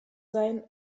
sein